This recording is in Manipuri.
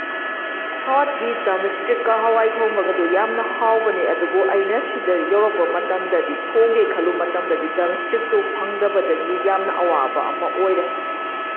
ꯁꯥꯎꯠꯀꯤ ꯗ꯭ꯔꯝ ꯏꯁꯇ꯭ꯔꯤꯛꯀ ꯍꯋꯥꯏ ꯊꯣꯡꯕꯒꯗꯨ ꯌꯥꯝꯅ ꯍꯥꯎꯕꯅꯦ ꯑꯗꯨꯕꯨ ꯑꯩꯅ ꯁꯤꯗ ꯌꯧꯔꯛꯄ ꯃꯇꯝꯗꯗꯤ ꯊꯣꯡꯒꯦ ꯈꯜꯂꯨꯕ ꯃꯇꯝꯗꯗꯤ ꯗ꯭ꯔꯝ ꯏꯁꯇ꯭ꯔꯤꯛꯇꯨ ꯐꯪꯗꯕꯗꯒꯤ ꯌꯥꯝꯅ ꯑꯋꯥꯕ ꯑꯃ ꯑꯣꯏꯔꯦ